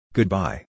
Goodbye